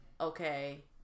okay